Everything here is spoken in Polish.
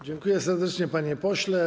Dziękuję serdecznie, panie pośle.